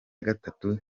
gatatu